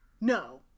No